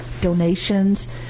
donations